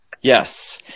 yes